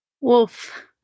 Wolf